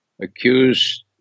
accused